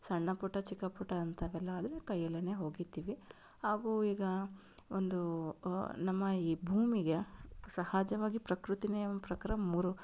ಸಣ್ಣ ಪುಟ್ಟ ಚಿಕ್ಕ ಪುಟ್ಟ ಅಂಥವೆಲ್ಲ ಆದರೆ ಕೈಯಲ್ಲೇ ಒಗಿತೀವಿ ಹಾಗೂ ಈಗ ಒಂದು ನಮ್ಮ ಈ ಭೂಮಿಗೆ ಸಹಜವಾಗಿ ಪ್ರಕೃತಿನೇ ಪ್ರಕಾರ ಮೂರು